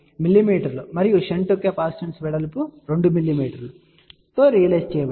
4mm మరియు shunt capacitance వెడల్పు 2 mm తో రియలైజ్ చేయబడుతుంది